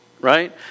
right